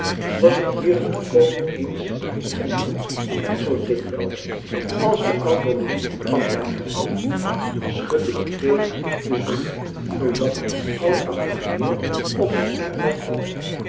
was het hierin volkomen eens met zijn buurman en zoo dikwijls als de ouderling van ja knikte schudden die twee dus van neen totdat de oudachtige heer op den inval kwam